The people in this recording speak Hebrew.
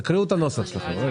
תקריאו את הנוסח שלכם.